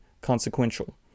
consequential